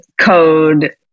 code